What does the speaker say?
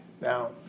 now